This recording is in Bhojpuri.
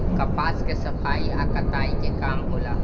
कपास के सफाई आ कताई के काम होला